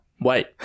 Wait